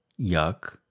Yuck